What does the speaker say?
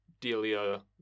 Delia